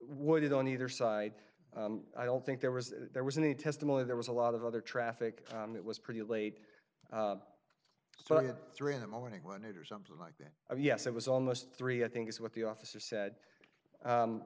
wooded on either side i don't think there was there was any testimony there was a lot of other traffic and it was pretty late so i had three in the morning when it or something like that yes it was almost three i think is what the officer said